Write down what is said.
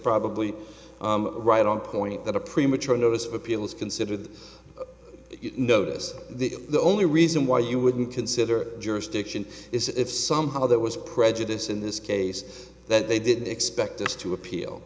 probably right on point that a premature notice of appeal is considered notice the the only reason why you wouldn't consider jurisdiction is if somehow there was prejudice in this case that they didn't expect us to appeal